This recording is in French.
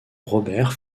robert